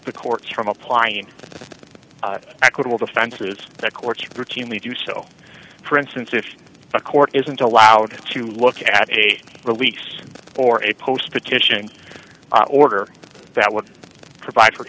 the courts from applying equitable defense through the courts routinely do so for instance if a court isn't allowed to look at a release or a post petition order that would provide for